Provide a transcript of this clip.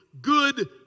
good